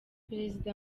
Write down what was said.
perezida